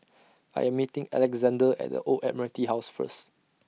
I Am meeting Alexzander At The Old Admiralty House First